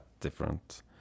Different